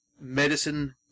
medicine